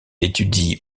étudie